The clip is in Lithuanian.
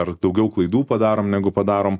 ar daugiau klaidų padarom negu padarom